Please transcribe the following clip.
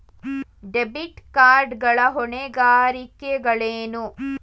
Debit card ಗಳ ಹೊಣೆಗಾರಿಕೆಗಳೇನು?